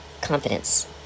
confidence